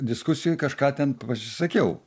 diskusijoj kažką ten pasisakiau